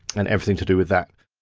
and everything to do with that.